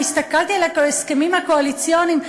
אני הסתכלתי על ההסכמים הקואליציוניים,